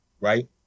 right